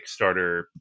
Kickstarter